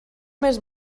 més